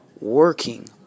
working